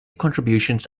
contributions